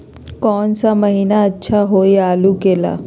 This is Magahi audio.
कौन सा महीना अच्छा होइ आलू के ला?